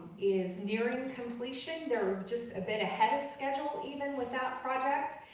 is nearing completion, they're just a bit ahead of schedule even with that project.